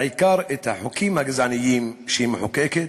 בעיקר את החוקים הגזעניים שהיא מחוקקת,